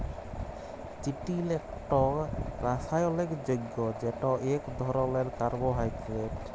চিটিল ইকট রাসায়লিক যগ্য যেট ইক ধরলের কার্বোহাইড্রেট